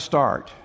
start